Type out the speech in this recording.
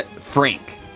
Frank